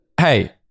Hey